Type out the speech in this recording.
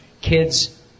kids